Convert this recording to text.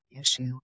issue